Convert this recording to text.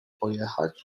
pojechać